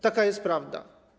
Taka jest prawda.